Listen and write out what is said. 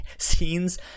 scenes